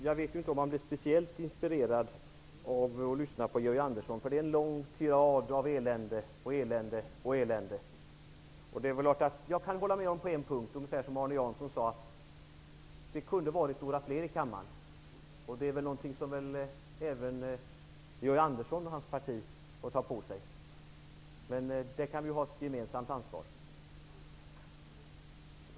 Herr talman! Man blir kanske inte inspirerad av att lyssna till Georg Andersson. Det är en lång tirad av elände, elände och åter elände. Jag kan hålla med honom på en punkt, precis som Arne Jansson, att det kunde ha varit några fler i kammaren. Även Georg Andersson och hans parti får ta på sig ett ansvar. Vi har ett gemensamt ansvar.